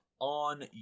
on